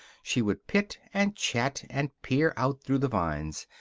she would pit and chat and peer out through the vines,